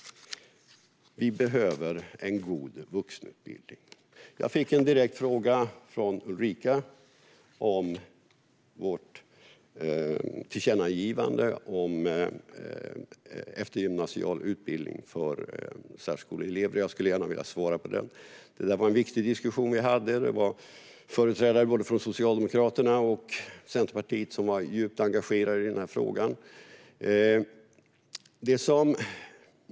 Vi behöver en god vuxenutbildning. Jag fick en direkt fråga från Ulrika om vårt tillkännagivande om eftergymnasial utbildning för särskoleelever. Jag vill gärna svara på den. Det var en viktig diskussion vi hade. Företrädare från både Socialdemokraterna och Centerpartiet var djupt engagerade i frågan.